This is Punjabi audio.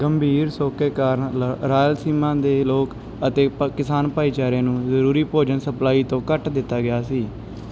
ਗੰਭੀਰ ਸੋਕੇ ਕਾਰਨ ਲ ਰਾਇਲਸੀਮਾ ਦੇ ਲੋਕ ਅਤੇ ਭਾ ਕਿਸਾਨ ਭਾਈਚਾਰੇ ਨੂੰ ਜ਼ਰੂਰੀ ਭੋਜਨ ਸਪਲਾਈ ਤੋਂ ਕੱਟ ਦਿੱਤਾ ਗਿਆ ਸੀ